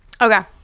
Okay